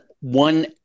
one